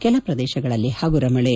ಕೆಲ ಪ್ರದೇಶಗಳಲ್ಲಿ ಹಗುರ ಮಳೆ